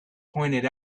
pointed